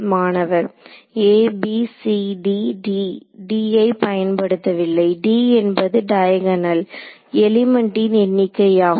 மாணவர் a b c d d d ஐ பயன்படுத்தவில்லை d என்பது டயகனல் எலிமெண்ட்டின் எண்ணிக்கையாகும்